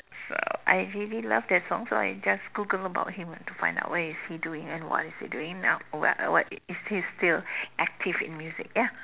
so I really love that song so I just Googled about him to find out what he's doing and what is he doing now what what is he still active in music ya